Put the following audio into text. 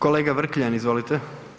Kolega Vrkljan, izvolite.